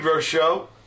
Show